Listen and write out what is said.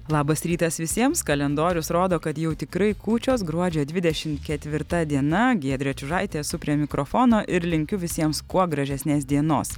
labas rytas visiems kalendorius rodo kad jau tikrai kūčios gruodžio dvidešimt ketvirta diena giedrė čiužaitė esu prie mikrofono ir linkiu visiems kuo gražesnės dienos